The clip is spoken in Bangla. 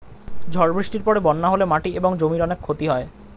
ঝড় বৃষ্টির পরে বন্যা হলে মাটি এবং জমির অনেক ক্ষতি হয়